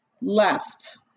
left